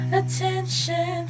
attention